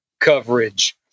coverage